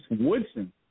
Woodson